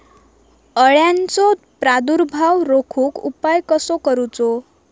अळ्यांचो प्रादुर्भाव रोखुक उपाय कसो करूचो?